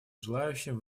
желающим